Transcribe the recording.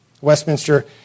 Westminster